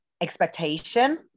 expectation